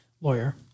Lawyer